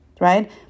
right